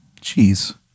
Jeez